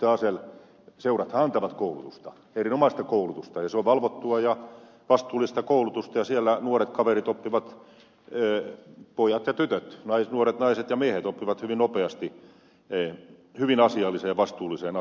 asell seurathan antavat koulutusta erinomaista koulutusta ja se on valvottua ja vastuullista koulutusta ja siellä nuoret kaverit oppivat pojat ja tytöt nuoret naiset ja miehet hyvin nopeasti hyvin asialliseen ja vastuulliseen aseen käyttöön